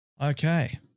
Okay